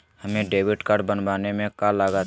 हमें debit card बनाने में का लागत?